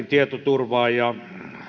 tietoturvaan ja